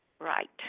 Right